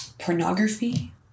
pornography